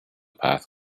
path